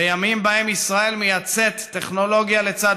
בימים שבהם ישראל מייצאת טכנולוגיה לצד